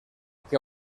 que